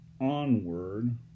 onward